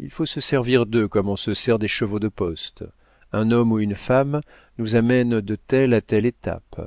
il faut se servir d'eux comme on se sert des chevaux de poste un homme ou une femme nous amène de telle à telle étape